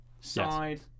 side